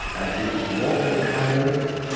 i think, watercolours,